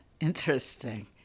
Interesting